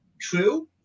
true